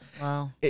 Wow